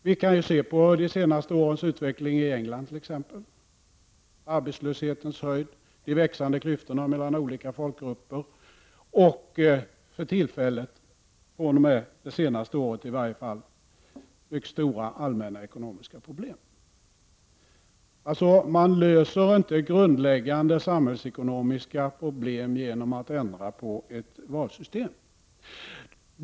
Vi kan se på t.ex. de senaste årens utveckling i England: arbetslöshetens höjd, de växande klyftorna mellan olika folkgrupper och i varje fall fr.o.m. det senaste året mycket stora allmänna ekonomiska problem. Man löser alltså inte grundläggande samhällsekonomiska problem genom att ändra på ett valsystem.